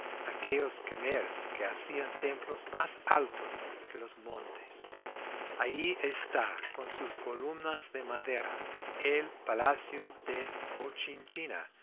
aquellos kmers que hacían templos más altos que los montes allí está con sus columnas de madera el palacio de